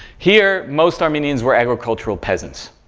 here, most armenians were agricultural peasants,